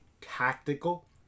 tactical